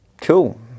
Cool